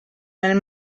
nel